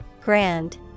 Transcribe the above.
Grand